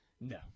No